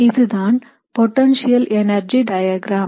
இதுதான் potential energy diagram